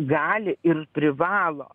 gali ir privalo